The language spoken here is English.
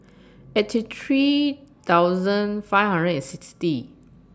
eighty three thousand five hundred and sixty